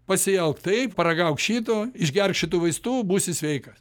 pasielk taip paragauk šito išgerk šitų vaistų būsi sveikas